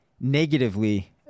negatively